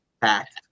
packed